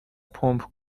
پمپ